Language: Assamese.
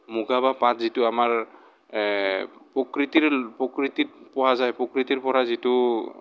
মুগা বা পাট যিটো আমাৰ প্ৰকৃতিৰ প্ৰকৃতিত পোৱা যায় প্ৰকৃতিৰ পৰা যিটো